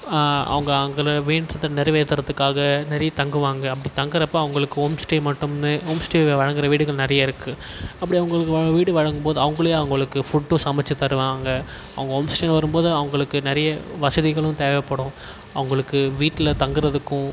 அவங்க அங்கல வேண்டுதல் நிறைவேற்றுறதுக்காக நிறைய தங்குவாங்க அப்படி தங்குகிறப்போ அவங்களுக்கு ஹோம் ஸ்டே மட்டும்ன்னு ஹோம் ஸ்டேவை வழங்குற வீடுகள் நிறைய இருக்குது அப்படி அவங்களுக்கு வீடு வழங்கும் போது அவங்களே அவங்களுக்கு ஃபுட்டும் சமைச்சி தருவாங்க அவங்க ஹோம் ஸ்டே வரும் போது அவங்களுக்கு நிறைய வசதிகளும் தேவைப்படும் அவங்களுக்கு வீட்டில் தங்குகிறதுக்கும்